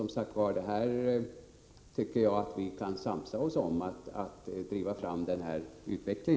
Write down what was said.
Jag tycker som sagt att vi kan samsas om att driva fram denna utveckling.